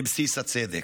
כבסיס הצדק,